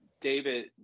David